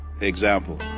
example